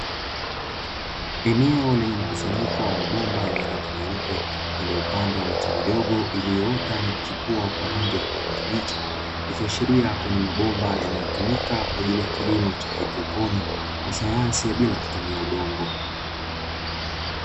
Eneo lenye mkusanyiko wa mabomba yenye rangi nyeupe, yaliyopandwa miti midogo iliyoota na kuchipua kwa rangi ya kijani kibichi, ikiashiria kua ni mabomba yanayotumika kwa ajili ya kilimo cha haidroponi kwa sayansi bila kutumia udongo.